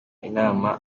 inama